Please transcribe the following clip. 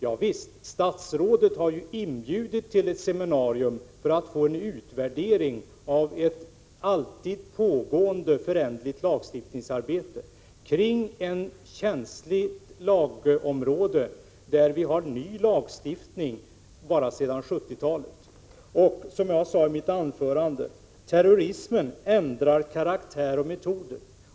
Ja visst, statsrådet har ju inbjudit till ett seminarium för att få en utvärdering av ett alltid pågående föränderligt lagstiftningsarbete kring ett känsligt lagområde där vi har ny lagstiftning — från 1970-talet. Jag vill upprepa vad jag sade i mitt tidigare inlägg, nämligen att terrorismen ändrar karaktär och metoder.